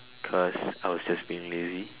cause I was just being lazy